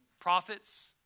Prophets